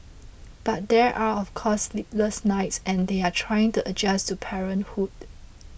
but there are of course sleepless nights and they are trying to adjust to parenthood